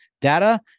data